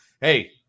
Hey